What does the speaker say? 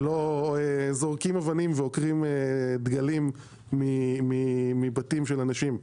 ולא זורקים אבנים ועוקרים דגלים מבתים של אנשים.